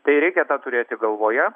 tai reikia tą turėti galvoje